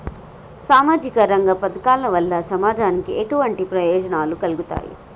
సామాజిక రంగ పథకాల వల్ల సమాజానికి ఎటువంటి ప్రయోజనాలు కలుగుతాయి?